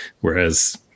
Whereas